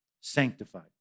sanctified